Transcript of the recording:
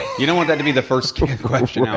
you don't want that to be the first question out.